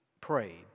prayed